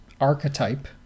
archetype